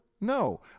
No